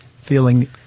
feeling